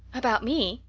about me?